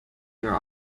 your